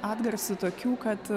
atgarsių tokių kad